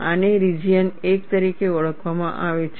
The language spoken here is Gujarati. આને રિજિયન 1 તરીકે ઓળખવામાં આવે છે